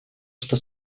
что